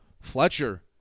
Fletcher